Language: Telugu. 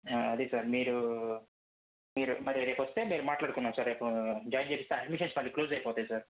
ఆ అది సార్ మీరు మీరు మరి రేపొస్తే మాట్లాడుకుందాం సార్ జాయిన్ చేయిస్తే అడ్మిషన్స్ మళ్ళీ క్లోస్ అయిపోతాయి సార్